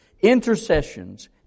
intercessions